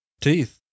Teeth